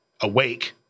awake